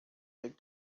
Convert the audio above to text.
big